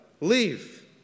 Leave